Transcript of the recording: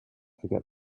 forget